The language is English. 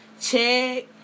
Check